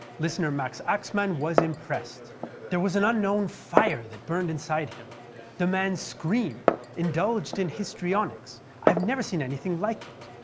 listener max axmann was impressed there was an unknown fire that burned inside him the man screamed, indulged in histrionics i've never seen anything like it!